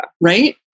right